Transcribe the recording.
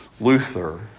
Luther